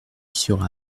sur